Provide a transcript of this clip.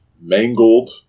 mangled